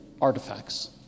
artifacts